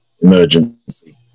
emergency